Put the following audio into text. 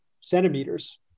centimeters